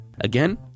again